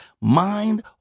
Mind